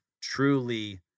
truly